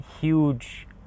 huge